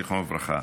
זיכרונו לברכה.